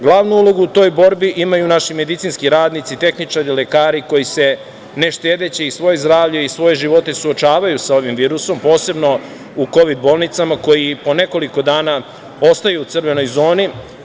Glavnu ulogu u toj borbi imaju naši medicinski radnici, tehničari, lekari koji se ne štedeći svoje zdravlje i svoje živote suočavaju sa ovim virusom, posebno u kovid-bolnicama, koji i po nekoliko dana ostaju u crvenoj zoni.